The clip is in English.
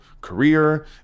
career